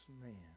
man